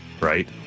right